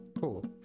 Cool